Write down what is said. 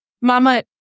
Mama